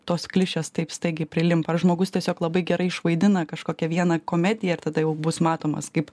tos klišės taip staigiai prilimpa ar žmogus tiesiog labai gerai išvaidina kažkokią vieną komediją ir tada jau bus matomas kaip